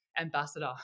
ambassador